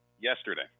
yesterday